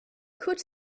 kurz